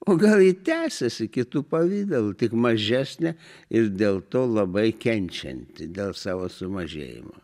o gal ji tęsiasi kitu pavidalu tik mažesnė ir dėl to labai kenčianti dėl savo sumažėjimo